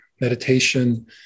meditation